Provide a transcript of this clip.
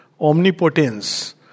omnipotence